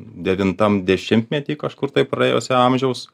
devintam dešimtmety kažkur tai praėjusio amžiaus